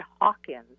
Hawkins